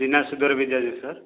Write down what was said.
ବିନା ସୁଧରେ ବି ଦିଆଯାଉଛି ସାର୍